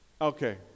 Okay